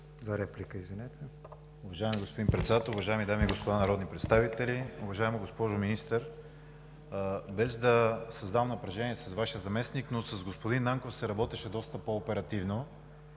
за България): Уважаеми господин Председател, уважаеми дами и господа народни представители! Уважаема госпожо Министър, без да създавам напрежение с Вашия заместник, но с господин Нанков се работеше доста по-оперативно.